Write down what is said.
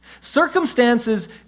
Circumstances